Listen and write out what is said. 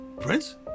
Prince